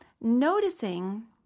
noticing